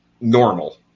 normal